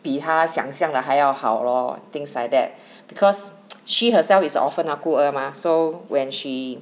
比她想象的还要好咯 things like that because she herself is a orphan mah 孤儿嘛 so when she